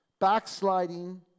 Backsliding